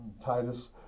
Titus